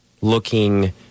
looking